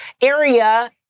area